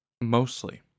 Mostly